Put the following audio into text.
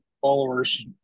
followers